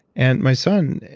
and my son,